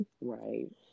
Right